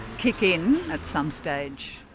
kick in at some stage.